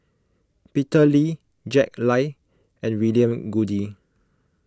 Peter Lee Jack Lai and William Goode